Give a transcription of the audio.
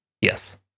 Yes